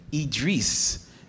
Idris